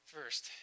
First